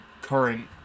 current